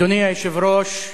אדוני היושב-ראש,